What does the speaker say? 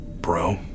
bro